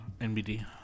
NBD